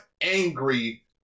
angry